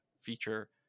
feature